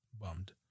bummed